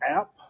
app